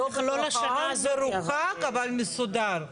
מרוחק, אבל מסודר.